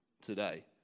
today